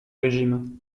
régime